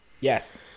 Yes